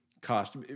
cost